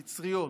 מצריות,